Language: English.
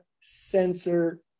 sensor